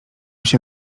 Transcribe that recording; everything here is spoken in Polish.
się